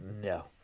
No